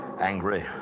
Angry